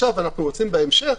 בהמשך,